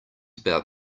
about